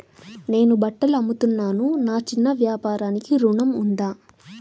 నేను బట్టలు అమ్ముతున్నాను, నా చిన్న వ్యాపారానికి ఋణం ఉందా?